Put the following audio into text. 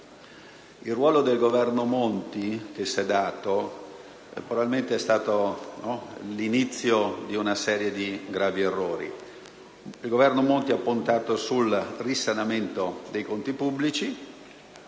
Il ruolo che si è dato quel Governo probabilmente è stato l'inizio di una serie di gravi errori. Il Governo Monti ha puntato sul risanamento dei conti pubblici